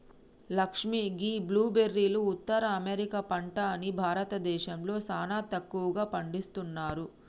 లక్ష్మీ గీ బ్లూ బెర్రీలు ఉత్తర అమెరికా పంట అని భారతదేశంలో సానా తక్కువగా పండిస్తున్నారు